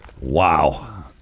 Wow